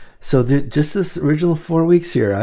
so then just this original four weeks here,